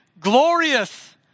glorious